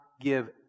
give